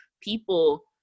people